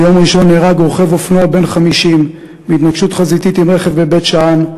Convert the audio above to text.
ביום ראשון נהרג רוכב אופנוע בן 50 בהתנגשות חזיתית עם רכב בבית-שאן.